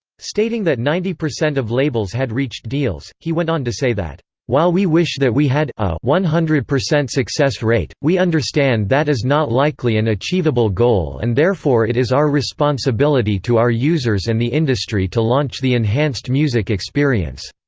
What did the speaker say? stating that ninety percent of labels had reached deals, he went on to say that while we wish that we had ah one hundred percent success rate, we understand that is not likely an achievable goal and therefore it is our responsibility to our users and the industry to launch the enhanced music experience.